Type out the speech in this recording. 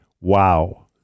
Wow